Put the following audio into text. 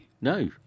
No